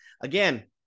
again